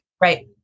Right